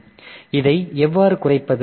எனவே இதை எவ்வாறு குறைப்பது